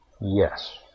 Yes